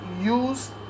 use